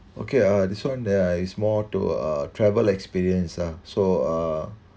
okay uh this [one] there is more to a travel experience ah so uh